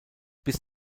bis